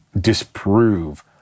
disprove